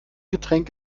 getränk